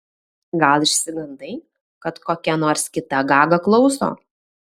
gal išsigandai kad kokia nors kita gaga klauso